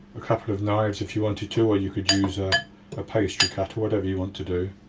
a couple of knives if you wanted to or you could use ah a pastry cutter, whatever you want to do.